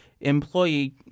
employee